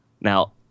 Now